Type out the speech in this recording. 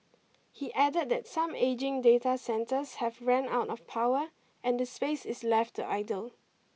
he added that some ageing data centres have ran out of power and the space is left to idle